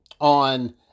on